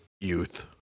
Youth